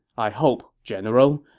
i hope, general,